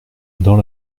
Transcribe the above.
dans